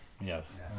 Yes